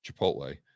Chipotle